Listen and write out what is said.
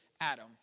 Adam